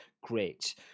great